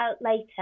later